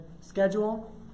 Schedule